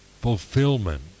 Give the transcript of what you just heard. fulfillment